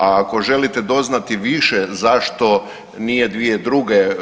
A ako želite doznati više zašto nije 2002.